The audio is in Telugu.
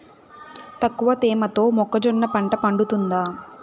తక్కువ తేమతో మొక్కజొన్న పంట పండుతుందా?